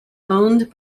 owned